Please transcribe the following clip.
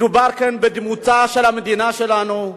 מדובר כאן בדמותה של המדינה שלנו,